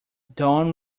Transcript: dawn